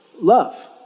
Love